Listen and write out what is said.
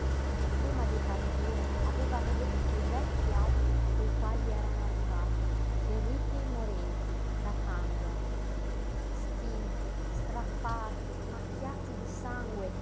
prima di partire avevano veduto i vecchi abiti coi quali erano arrivate ferite e morenti da candia stinti strappati macchiati di sangue